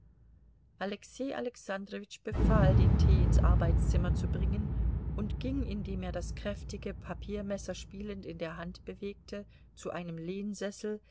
alexei alexandrowitsch befahl den tee ins arbeitszimmer zu bringen und ging indem er das kräftige papiermesser spielend in der hand bewegte zu einem lehnsessel